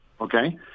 okay